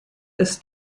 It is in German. ist